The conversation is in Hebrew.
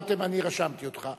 רותם, אני רשמתי אותך.